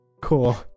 Cool